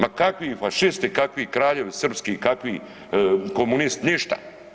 Pa kakvi fašisti, kakvi kraljevi srpski, kakvi komunisti, ništa.